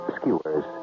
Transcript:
Skewers